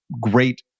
great